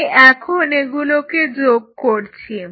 আমি এখন এগুলোকে যোগ করছি